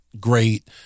great